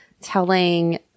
telling